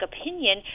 opinion